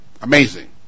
amazing